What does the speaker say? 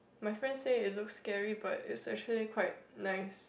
my friend say it looks scary but is actually it quite nice